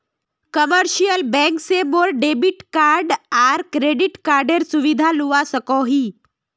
commercial bank से मोर debit card आर क्रेडिट कार्डेर सुविधा लुआ सकोही